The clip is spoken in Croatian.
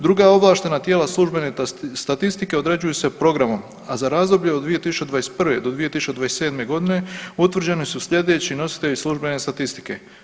Druga ovlaštena tijela službene statistike određuju se programom, a za razdoblje od 2021. do 2027. godine utvrđeni su sljedeći nositelji službene statistike.